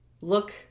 look